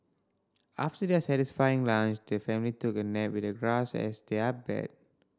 after their satisfying lunch the family took a nap with the grass as their bed